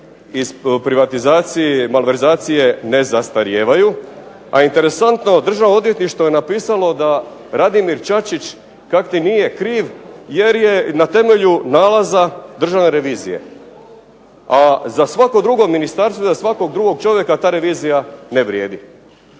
iz privatizacije i malverzacije ne zastarijevaju, a interesantno Državno odvjetništvo je napisalo da Radimir Čačić kakti nije kriv, jer je na temelju nalaza državne revizije, a za svako drugo ministarstvo, za svakog drugog čovjeka ta revizija ne vrijedi.